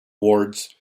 wards